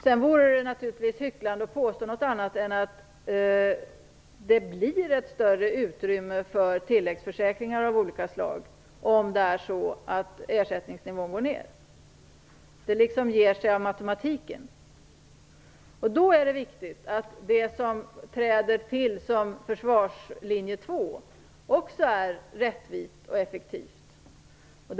Det vore naturligtvis hycklande att påstå något annat än att det blir ett större utrymme för tilläggsförsäkringar av olika slag, om ersättningsnivån går ned. Det ger sig så att säga av matematiken. Då är det viktigt att också det som träder in som försvarslinje nummer två är rättvist och effektivt.